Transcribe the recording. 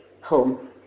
Home